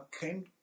came